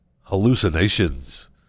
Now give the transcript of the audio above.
Hallucinations